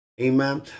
amen